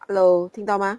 hello 听到吗